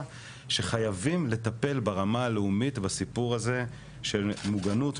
- שחייבים לטפל ברמה הלאומית בסיפור הזה של מוגנות,